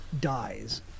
dies